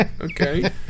okay